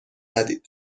ندید